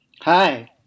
Hi